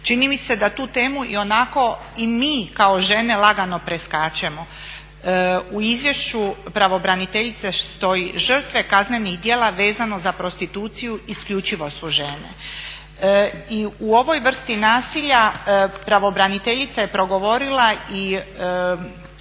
Čini mi se da tu temu ionako i mi kao žene lagano preskačemo. U izvješću pravobraniteljice stoji "Žrtve kaznenih djela vezano za prostituciju isključivo su žene." I u ovoj vrsti nasilja pravobraniteljica je progovorila i